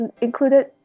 included